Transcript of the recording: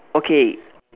okay